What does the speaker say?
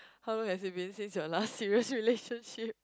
how long has it been since your last serious relationship